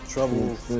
Trouble